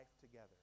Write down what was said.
Together